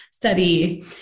Study